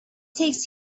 takes